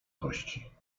kości